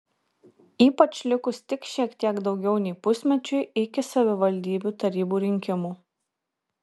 ypač likus tik šiek tiek daugiau nei pusmečiui iki savivaldybių tarybų rinkimų